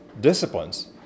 disciplines